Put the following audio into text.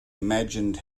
imagined